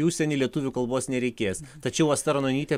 į užsienį lietuvių kalbos nereikės tačiau asta ranonytė